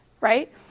right